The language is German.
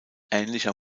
ähnlicher